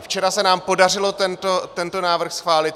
Včera se nám podařilo tento návrh schválit.